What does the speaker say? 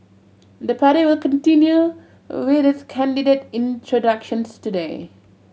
the party will continue with its candidate introductions today